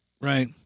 Right